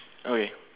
okay